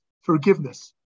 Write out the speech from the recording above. forgiveness